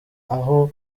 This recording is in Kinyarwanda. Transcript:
aho